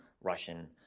Russian